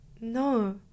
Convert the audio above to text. No